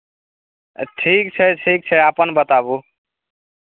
अऽ ठीक छै ठीक छै अपन बताबू